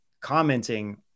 commenting